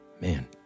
Man